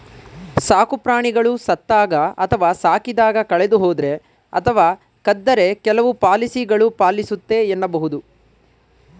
ಸಾಕುಪ್ರಾಣಿಗಳು ಸತ್ತಾಗ ಅಥವಾ ಸಾಕಿದಾಗ ಕಳೆದುಹೋದ್ರೆ ಅಥವಾ ಕದ್ದರೆ ಕೆಲವು ಪಾಲಿಸಿಗಳು ಪಾಲಿಸುತ್ತೆ ಎನ್ನಬಹುದು